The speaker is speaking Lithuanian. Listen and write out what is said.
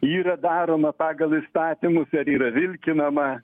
yra daroma pagal įstatymus ar yra vilkinama